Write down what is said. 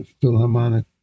Philharmonic